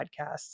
podcasts